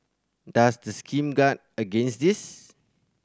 does the scheme guard against this